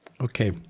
okay